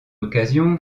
occasion